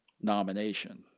nomination